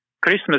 Christmas